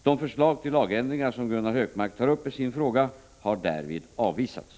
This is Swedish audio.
De förslag till lagändringar som Gunnar Hökmark tar upp i sin fråga har därvid avvisats.